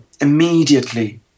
immediately